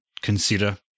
consider